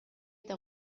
eta